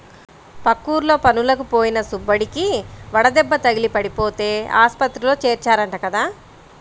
పక్కూర్లో పనులకి పోయిన సుబ్బడికి వడదెబ్బ తగిలి పడిపోతే ఆస్పత్రిలో చేర్చారంట కదా